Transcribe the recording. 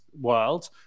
world